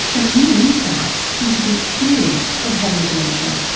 some new insights into the experience of having dementia.